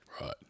Right